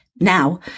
now